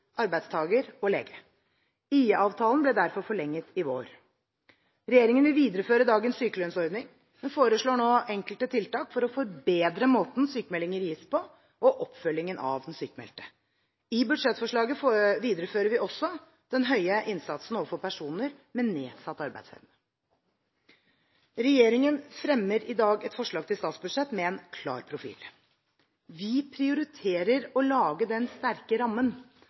ble derfor forlenget i vår. Regjeringen vil videreføre dagens sykelønnsordning, men foreslår nå enkelte tiltak for å forbedre måten sykmeldinger gis på og oppfølgingen av den sykmeldte. I budsjettforslaget viderefører vi også den høye innsatsen overfor personer med nedsatt arbeidsevne. Regjeringen fremmer i dag et forslag til statsbudsjett med en klar profil. Vi prioriterer å lage den sterke rammen